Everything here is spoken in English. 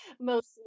Mostly